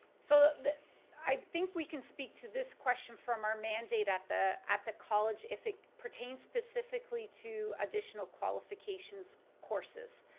so i think we can speak to this question from our mandate at the at the college if it pertains specifically to additional qualifications courses.